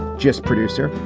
just producer.